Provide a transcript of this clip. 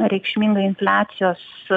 reikšminga infliacijos